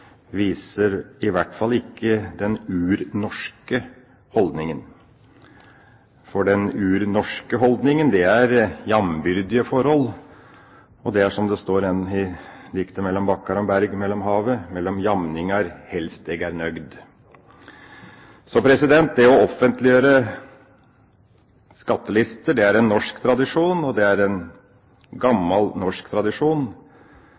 viser i hvert fall ikke den urnorske holdningen. For den urnorske holdningen er at en skal ha jambyrdige forhold, og det er, som det står i diktet «Millom Bakkar og Berg ut med Havet»: «Mellom jamningar helst er eg nøgd.» Så det å offentliggjøre skattelister er en norsk tradisjon, og det er en